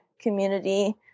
community